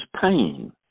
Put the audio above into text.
pain